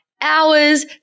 hours